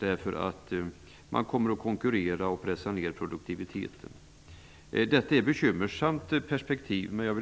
Man kommer nämligen att konkurrera och att pressa ner produktiviteten. Detta är ett bekymmersamt perspektiv.